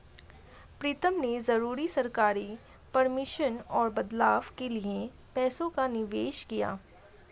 प्रीतम ने जरूरी सरकारी परमिशन और बदलाव के लिए पैसों का निवेश किया